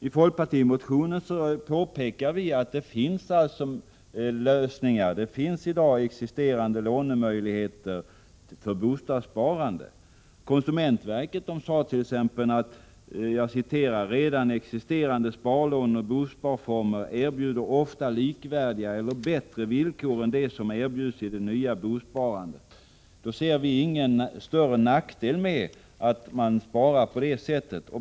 I folkpartimotionen påpekar vi att det redan finns bra lösningar. Det finns i dag existerande lånemöjligheter för bostadssparande. Konsumentverket sade t.ex. att redan existerande sparlåneoch bosparformer erbjuder ofta likvärdiga eller bättre villkor än de som erbjuds i det nya bosparandet. Då ser vi ingen större nackdel med att man sparar på det sättet.